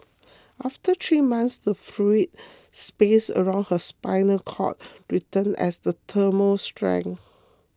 after three months the fluid space around her spinal cord returned as the tumour shrank